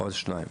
עוד שנתיים.